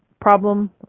problem